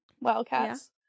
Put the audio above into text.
Wildcats